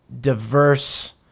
diverse